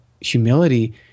humility